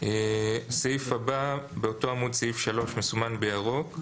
סעיף הבא, באותו עמוד סעיף 3 מסומן בירוק.